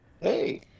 Hey